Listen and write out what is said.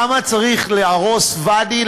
למה צריך להרוס ואדי,